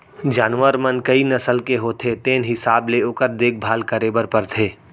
जानवर मन कई नसल के होथे तेने हिसाब ले ओकर देखभाल करे बर परथे